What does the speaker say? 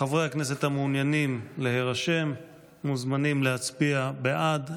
חברי הכנסת המעוניינים להירשם מוזמנים להצביע בעד.